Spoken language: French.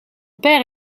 père